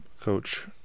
coach –